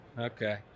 Okay